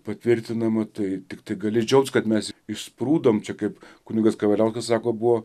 patvirtinama tai tiktai gali džiaugtis kad mes išsprūdom čia kaip kunigas kavaliauskas sako buvo